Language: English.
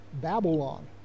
Babylon